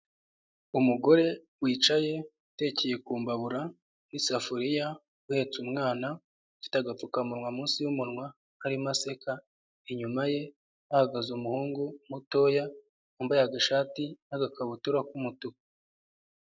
Umugore wicaye utekeye ku mbabura n'isafuriya, uhetse umwana, ufite agapfukamunwa munsi y'umunwa, arimo aseka. Inyuma ye hahagaze umuhungu mutoya wambaye agashati n'agakabutura k'umutuku.